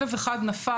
כלב אחד נפל.